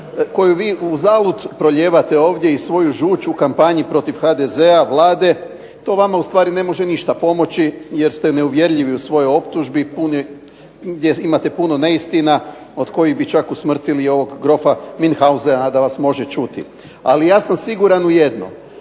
koju vi uzalud ovdje prolijevate i svoju žuč u kampanji protiv HDZ-a, Vlade to vama ustvari ne može ništa pomoći jer ste neuvjerljivi u svojoj optužbi, gdje imate puno neistina od kojih bi čak usmrtili i ovog grofa Münchausea da vas može čuti. Ali ja sam siguran u jedno